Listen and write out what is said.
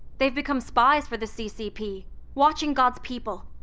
they've become spies for the ccp watching god's people,